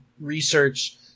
research